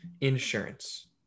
Insurance